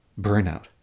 burnout